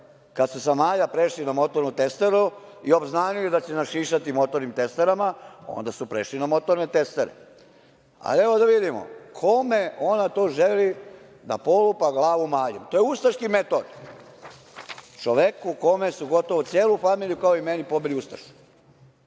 Kad su sa malja prešli na motornu testeru i obznanili da će nas šišati motornim testerama, onda su prešli na motorne testere. Ali, da vidimo kome ona to želi da polupa glavu maljem. To je ustaški metod. Čoveku kome su gotovo celu familiju, kao i meni, pobile ustaše. Ja